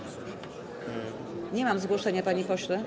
Nie mam zgłoszenia, panie pośle.